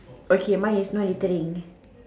okay my is no littering